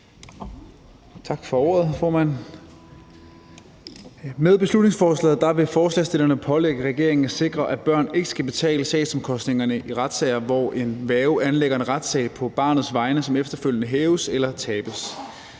Tak for ordet, formand. Med beslutningsforslaget vil forslagsstillerne pålægge regeringen at sikre, at børn ikke skal betale sagsomkostningerne i retssager, hvor en værge anlægger en retssag på barnets vegne, som efterfølgende hæves eller tabes.